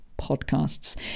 Podcasts